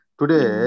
today